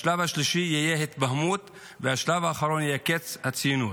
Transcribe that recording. השלב השלישי יהיה התבהמות והשלב האחרון קץ הציונות".